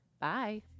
Bye